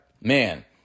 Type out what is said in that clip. man